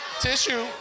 Tissue